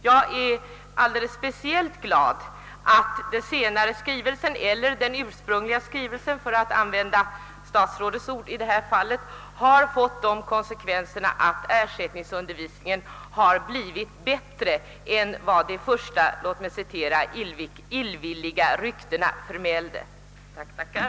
Jag är alldeles särskilt glad över att den senare skrivelsen, eller den »ursprungliga skrivelsen», för att använda statsrådets ord i detta fall, har fått konsekvensen att ersättningsundervisningen blir — bättre tillgodosedd än vad de första, låt mig citera, »illvilliga ryktena» förmälde. Jag tackar.